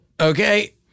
Okay